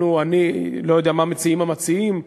אני לא יודע מה מציעים המציעים,